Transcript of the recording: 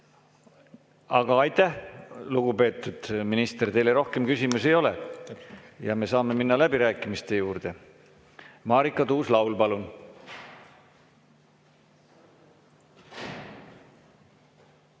Aga aitäh, lugupeetud minister! Teile rohkem küsimusi ei ole. Saame minna läbirääkimiste juurde. Marika Tuus-Laul, palun!